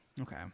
Okay